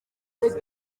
leta